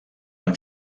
els